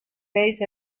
based